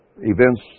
events